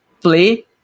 play